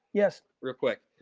yes. real quick,